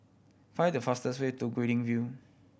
find the fastest way to Guilin View